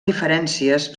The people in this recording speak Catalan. diferències